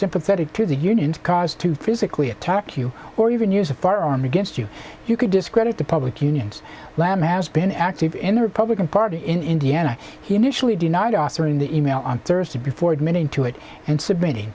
sympathetic to the union cause to physically attack you or even use a firearm against you you could discredit the public unions lamb has been active in the republican party in indiana he initially denied austin in the e mail on thursday before admitting to it and submitt